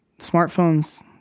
smartphones